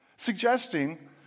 Suggesting